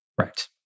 Right